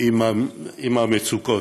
עם המצוקות.